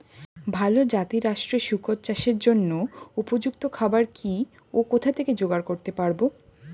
ভালো জাতিরাষ্ট্রের শুকর চাষের জন্য উপযুক্ত খাবার কি ও কোথা থেকে জোগাড় করতে পারব?